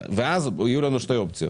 אז יהיו לנו שתי אופציות.